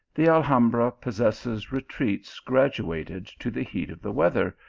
the alhambra possesses retreats graduated to the heat of the weather,